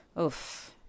oof